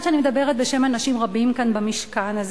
שאני מדברת בשם אנשים רבים כאן במשכן הזה,